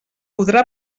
podrà